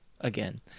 again